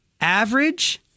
average